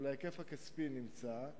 אבל ההיקף הכספי נמצא.